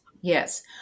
yes